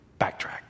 backtrack